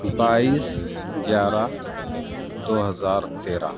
بائیس گیارہ دو ہزار تیرہ